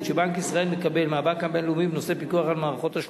שבנק ישראל מקבל מהבנק הבין-לאומי בנושא פיקוח על מערכות תשלומים,